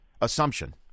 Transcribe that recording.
assumption